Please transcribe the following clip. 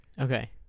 Okay